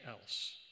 else